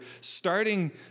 starting